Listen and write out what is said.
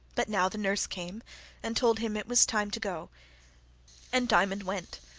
but now the nurse came and told him it was time to go and diamond went,